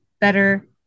better